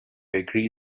agreed